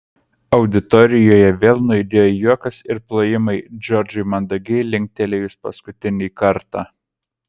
auditorijoje vėl nuaidėjo juokas ir plojimai džordžui mandagiai linktelėjus paskutinį kartą